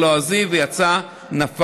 נאמר